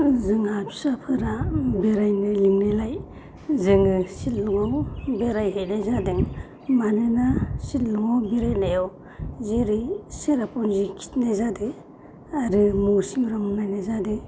जोंहा फिसाफोरा बेरायनो लेंनायलाय जोङो सिलंआव बेरायहैनाय जादों मानोना सिलंआव बेरायनायाव जेरै सेराफुनजि गिदिंनाय जादों आरो मौसिनराम नायनाय जादों